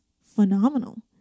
phenomenal